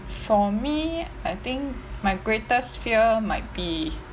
for me I think my greatest fear might be